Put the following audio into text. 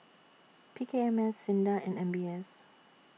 P K M S SINDA and M B S